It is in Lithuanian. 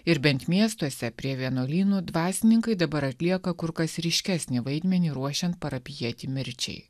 ir bent miestuose prie vienuolynų dvasininkai dabar atlieka kur kas ryškesnį vaidmenį ruošiant parapijietį mirčiai